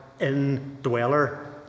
indweller